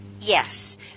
Yes